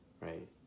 right